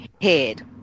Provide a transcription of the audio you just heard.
head